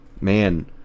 Man